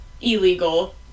Illegal